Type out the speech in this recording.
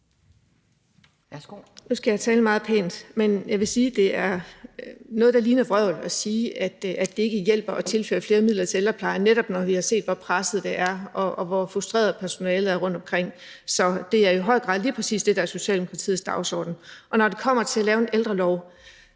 (S): Nu skal jeg tale meget pænt, men jeg vil sige, det er noget, der ligner vrøvl at sige, at det ikke hjælper at tilføre flere midler til ældreplejen, når vi netop har set, hvor presset det er og hvor frustrerede personalet er rundtomkring. Så det er i høj grad lige præcis det, der er Socialdemokratiets dagsorden. Når det kommer til at lave en ældrelov,